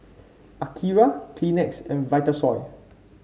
Akira Kleenex and Vitasoy